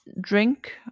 drink